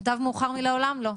מוטב מאוחר מלעולם לא.